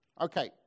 Okay